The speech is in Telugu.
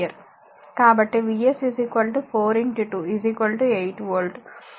కాబట్టి V s 4 2 8 వోల్ట్